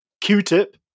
Q-tip